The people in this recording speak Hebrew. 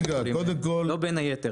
--- לא בין היתר.